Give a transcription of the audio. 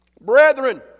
brethren